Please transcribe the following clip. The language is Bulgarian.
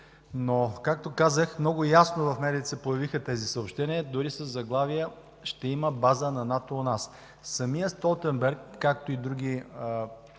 но както казах много ясно – в медиите се появиха тези съобщения, дори със заглавия: „Ще има база на НАТО у нас“. Самият Столтенберг, както и други